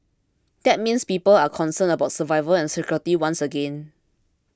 that means people are concerned about survival and security once again